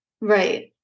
right